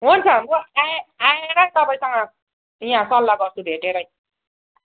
हुन्छ म आए आएर तपाईँसँग यहाँ सल्लाह गर्छु भेटेरै